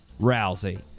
Rousey